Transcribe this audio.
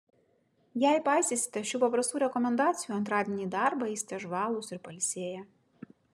jei paisysite šių paprastų rekomendacijų antradienį į darbą eisite žvalūs ir pailsėję